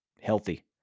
Healthy